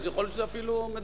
אז יכול להיות שזה אפילו מדייק.